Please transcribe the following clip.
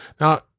Now